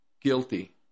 guilty